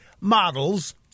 models